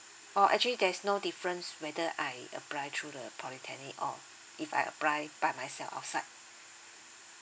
oh actually there's no difference whether I apply through the polytechnic or if I apply by myself outside